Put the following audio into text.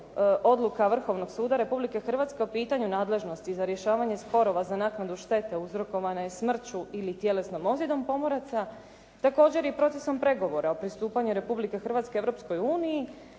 odluka Vrhovnog suda Republike Hrvatske o pitanju nadležnosti za rješavanje sporova za naknadu štete uzrokovane smrću ili tjelesnom ozljedom pomoraca, također i procesom pregovora o pristupanju Republike Hrvatske